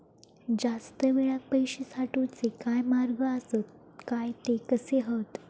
जास्त वेळाक पैशे साठवूचे काय मार्ग आसत काय ते कसे हत?